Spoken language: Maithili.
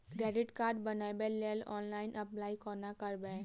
क्रेडिट कार्ड बनाबै लेल ऑनलाइन अप्लाई कोना करबै?